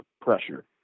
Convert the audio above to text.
pressure